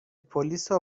پلیسا